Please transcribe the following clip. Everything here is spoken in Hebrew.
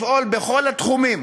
לפעול בכל התחומים